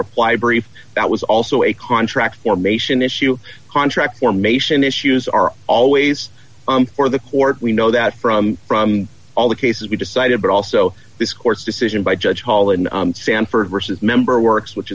reply brief that was also a contract formation issue contract formation issues are always i'm for the court we know that from from all the cases we decided but also this court's decision by judge paul in sanford versus member works which